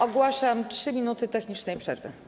Ogłaszam 3 minuty technicznej przerwy.